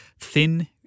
thin